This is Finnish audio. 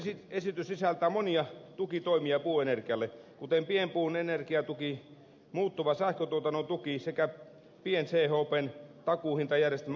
hallituksen esitys sisältää monia tukitoimia puuenergialle kuten pienpuun energiatuki muuttuva sähköntuotannon tuki sekä pien chpn takuuhintajärjestelmä uusille laitoksille